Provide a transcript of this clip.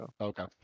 Okay